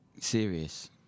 serious